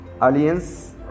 alliance